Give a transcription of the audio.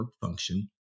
function